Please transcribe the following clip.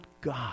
God